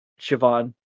Siobhan